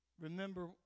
remember